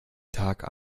tag